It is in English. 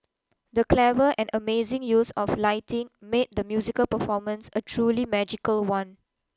the clever and amazing use of lighting made the musical performance a truly magical one